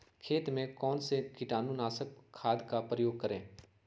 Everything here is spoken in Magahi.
खेत में कौन से कीटाणु नाशक खाद का प्रयोग करें?